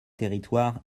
territoires